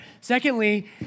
Secondly